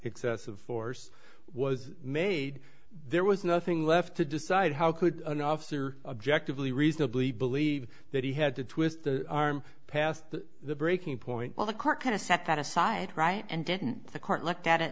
excessive force was made there was nothing left to decide how could an officer objectively reasonably believe that he had to twist the arm past the breaking point well the court kind of set that aside right and didn't the court looked at it